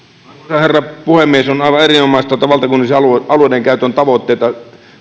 herra puhemies on aivan erinomaista että valtakunnallisia alueidenkäyttötavoitteita